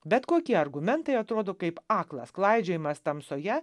bet kokie argumentai atrodo kaip aklas klaidžiojimas tamsoje